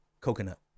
coconut